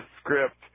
script